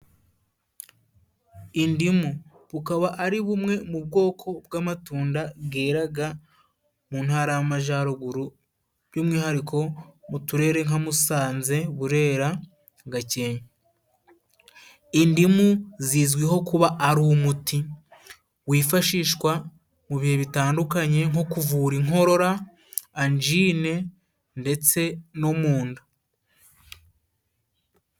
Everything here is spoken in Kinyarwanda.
Indimu, bukaba ari bumwe mu bwoko bw'amatunda bweraga mu Ntara y'Amajyaruguru, by'umwihariko mu turere nka Musanze, Burera, Gakenke. Indimu zizwiho kuba ari umuti wifashishwa mu bihe bitandukanye nko kuvura inkorora, anjine ndetse no mu nda.